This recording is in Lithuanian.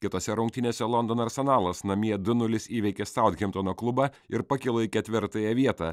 kitose rungtynėse londono arsenalas namie du nulis įveikė saud hemptono klubą ir pakilo į ketvirtąją vietą